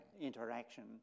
interaction